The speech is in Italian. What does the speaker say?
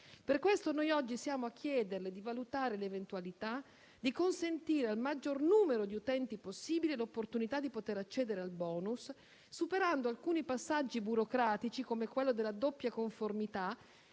Per questo oggi le chiediamo di valutare l'eventualità di consentire al maggior numero di utenti possibile l'opportunità di accedere al *bonus*, superando alcuni passaggi burocratici, come quello della doppia conformità